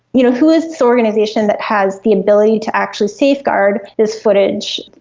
you know who is this organisation that has the ability to actually safeguard this footage,